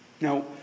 Now